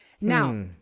Now